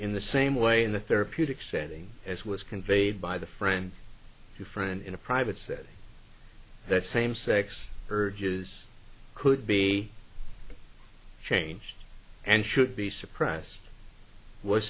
in the same way in the therapeutic setting as was conveyed by the friend a friend in a private said that same sex urges could be changed and should be suppressed w